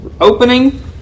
opening